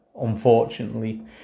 Unfortunately